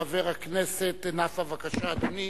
חבר הכנסת נפאע, בבקשה, אדוני,